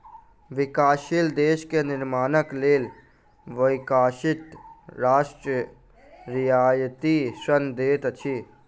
विकासशील देश के निर्माणक लेल विकसित राष्ट्र रियायती ऋण दैत अछि